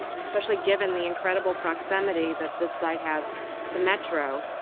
especially given the incredible proximity that this site has to metro.